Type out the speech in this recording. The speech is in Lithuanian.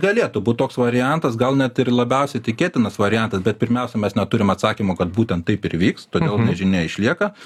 galėtų būt toks variantas gal net ir labiausiai tikėtinas variantas bet pirmiausia mes neturim atsakymo kad būtent taip ir vyks todėl nežinia išlieka